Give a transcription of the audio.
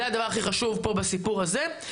זה הדבר הכי חשוב בסיפור הזה.